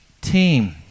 team